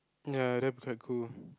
ya that will be quite cool